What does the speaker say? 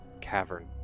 cavern